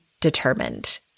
determined